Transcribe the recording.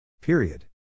Period